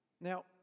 Now